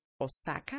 Osaka